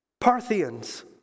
Parthians